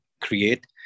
create